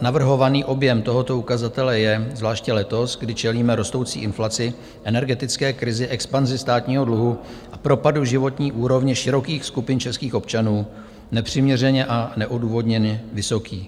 Navrhovaný objem tohoto ukazatele je zvláště letos, kdy čelíme rostoucí inflaci, energetické krizi, expanzi státního dluhu a propadu životní úrovně širokých skupin českých občanů, nepřiměřeně a neodůvodněně vysoký.